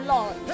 Lord